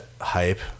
hype